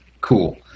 cool